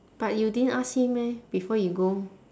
but you didn't ask him meh before you go